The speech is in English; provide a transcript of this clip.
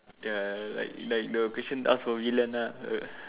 ya like like the question ask for villain lah